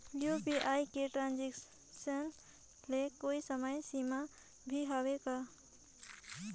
UPI के transaction ले कोई समय सीमा भी हवे का?